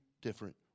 different